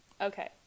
Okay